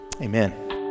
Amen